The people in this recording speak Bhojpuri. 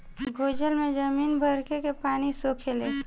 भूजल में जमीन बरखे के पानी सोखेले